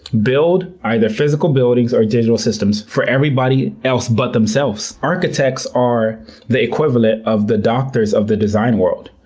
build either physical buildings or digital systems for everybody else but themselves. architects are the equivalent of the doctors of the design world.